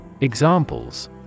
Examples